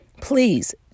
please